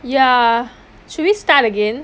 ya should we start again